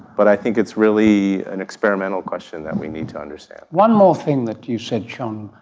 but i think it's really an experimental question that we need to understand. one more thing that you said sean,